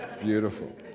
Beautiful